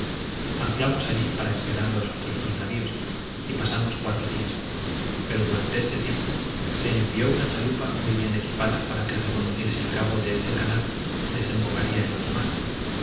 anclamos allí para esperar a los otros dos navios y pasamos cuatro días pero durante este tiempo se envió una chalupa muy bien equipada para que reconociese el cabo de este canal que desembocaría en otro mar